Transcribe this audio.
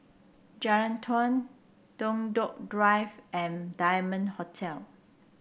Jalan Naung Toh Tuck Drive and Diamond Hotel